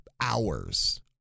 Hours